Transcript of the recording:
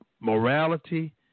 morality